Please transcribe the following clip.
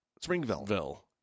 Springville